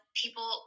people